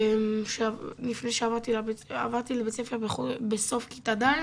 עברתי לבית ספר בסוף כיתה ד',